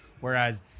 Whereas